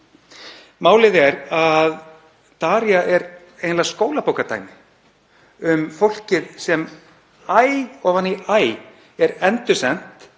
Málið er að Daria er eiginlega skólabókardæmi um fólkið sem æ ofan í æ er endursent